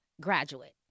graduate